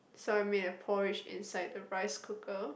so I made a porridge inside the rice cooker